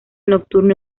nocturno